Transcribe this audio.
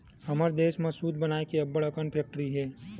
हमर देस म सूत बनाए के अब्बड़ अकन फेकटरी हे